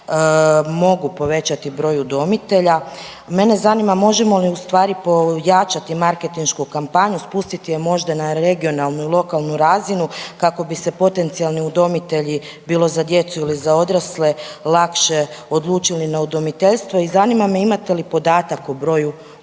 mogu povećati broj udomitelja. Mene zanima možemo li ustvari pojačati marketinšku kampanju, spustiti je možda na regionalnu i lokalnu razinu kako bi se potencijalni udomitelji bilo za djecu ili za odrasle lakše odlučili na udomiteljstvo? I zanima me imate li podatak o broju